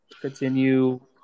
Continue